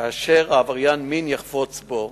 כאשר עבריין המין יחפוץ בו.